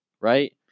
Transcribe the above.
right